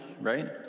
right